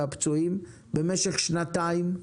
במשך שנתיים,